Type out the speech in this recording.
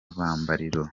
rwambariro